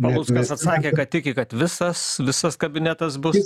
paluckas atsakė kad tiki kad visas visas kabinetas bus